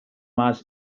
mass